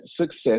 success